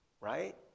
right